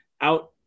out